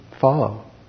follow